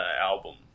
album